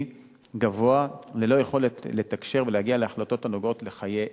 גבוה ללא יכולת לתקשר ולהגיע להחלטות הנוגעות לחיי ילדיהם.